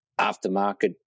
aftermarket